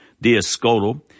Diascoto